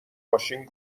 ماشین